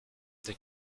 they